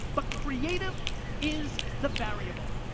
but creative is the variable.